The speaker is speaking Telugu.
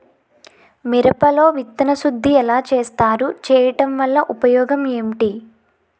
మిరప లో విత్తన శుద్ధి ఎలా చేస్తారు? చేయటం వల్ల ఉపయోగం ఏంటి?